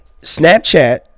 Snapchat